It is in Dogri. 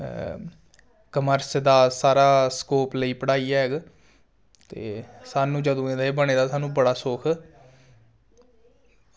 कॉमर्स दा सारा स्कोप लेई पढ़ाई गै ते सानूं जदूं दा एह् बने दा सानूं बड़ा सुख